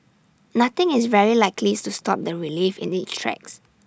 nothing is very likely to stop the relief in its tracks